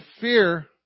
fear